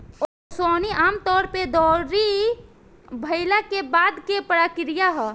ओसवनी आमतौर पर दौरी भईला के बाद के प्रक्रिया ह